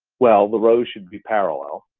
well, the rows should be parallel.